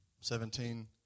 seventeen